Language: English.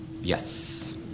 yes